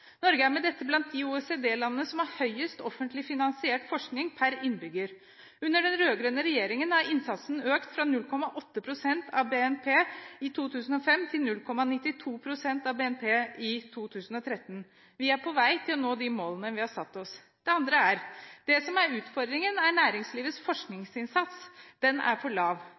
Norge er med dette blant de OECD-landene som har høyest offentlig finansiert forskning per innbygger. Under den rød-grønne regjeringen har innsatsen økt fra 0,8 pst. av BNP i 2005 til 0,92 pst. av BNP i 2013. Vi er på vei til å nå de målene vi har satt oss. Det andre er: Det som er utfordringen, er næringslivets forskningsinnsats. Den er for lav.